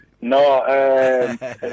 No